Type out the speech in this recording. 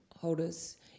holders